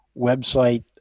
website